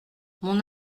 mon